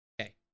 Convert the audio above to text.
Okay